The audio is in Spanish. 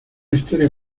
historia